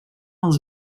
als